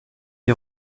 été